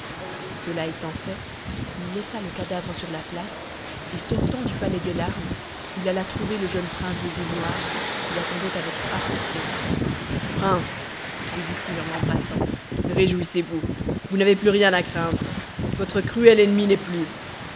cela étant fait il laissa le cadavre sur la place et sortant du palais des larmes il alla trouver le jeune prince des îles noires qui l'attendait avec impatience prince lui dit-il en l'embrassant réjouissez-vous vous n'avez plus rien à craindre votre cruelle ennemie n'est plus